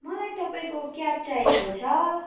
मलाई तपाईँको क्याब चाहिएको छ